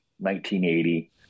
1980